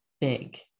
big